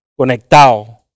conectado